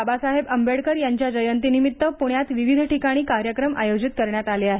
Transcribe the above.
बाबासाहेब आंबेडकर यांच्या जयंतीनिमित्त पुण्यात विविध ठिकाणी कार्यक्रम आयोजित करण्यात आले आहेत